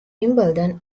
wimbledon